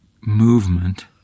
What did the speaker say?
movement